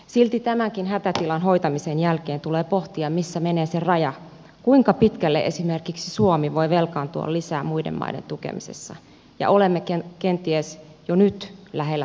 silti tämänkin hätätilan hoitamisen jälkeen tulee pohtia missä menee se raja kuinka pitkälle esimerkiksi suomi voi velkaantua lisää muiden maiden tukemisessa ja olemme kenties jo nyt lähellä tätä rajaa